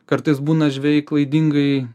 kartais būna žvejai klaidingai